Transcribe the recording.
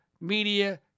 media